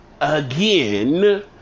again